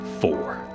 four